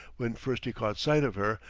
when first he caught sight of her,